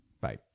Bye